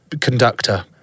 conductor